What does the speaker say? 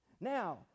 Now